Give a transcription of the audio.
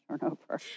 turnover